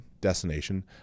destination